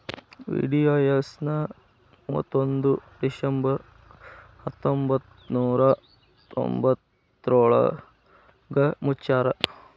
VDIS ನ ಮುವತ್ತೊಂದ್ December ಹತ್ತೊಂಬತ್ ನೂರಾ ತೊಂಬತ್ತಯೋಳ್ರಾಗ ಮುಚ್ಚ್ಯಾರ